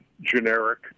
generic